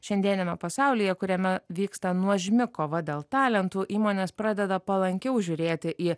šiandieniame pasaulyje kuriame vyksta nuožmi kova dėl talentų įmonės pradeda palankiau žiūrėti į